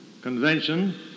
Convention